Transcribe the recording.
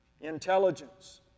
intelligence